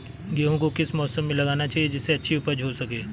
गेहूँ को किस मौसम में लगाना चाहिए जिससे अच्छी उपज हो सके?